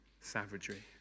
savagery